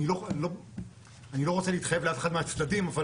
אני לא רוצה להתחייב לאף אחד מהצדדים אבל